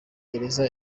gereza